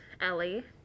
Ellie